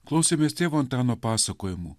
klausėmės tėvo antano pasakojimų